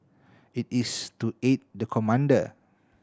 it is to aid the commander